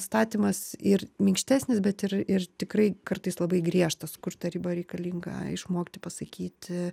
statymas ir minkštesnis bet ir ir tikrai kartais labai griežtas kur ta riba reikalinga išmokti pasakyti